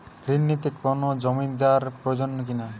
ঋণ নিতে কোনো জমিন্দার প্রয়োজন কি না?